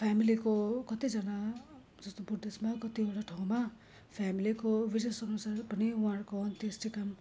फेमिलीको कतिजना जस्तो बुद्धिस्टमा कतिवटा ठाउँमा फेमिलीको विसेस अनुसार पनि उहाँहरूको अन्त्येष्टि काम